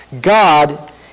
God